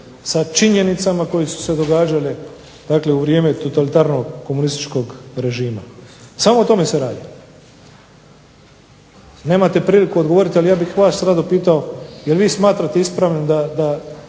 sa činjenicama koje su se događale dakle u vrijeme totalitarnog komunističkog režima. Samo o tome se radi. Nemate priliku odgovoriti, ali ja bih vas rado pitao je li vi smatrate ispravnim da